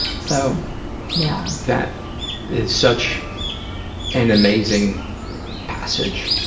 so yeah that is such an amazing passage.